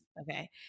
Okay